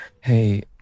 Hey